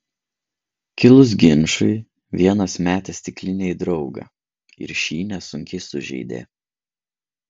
kilus ginčui vienas metė stiklinę į draugą ir šį nesunkiai sužeidė